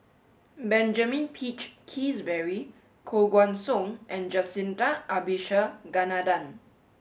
Benjamin Peach Keasberry Koh Guan Song and Jacintha Abisheganaden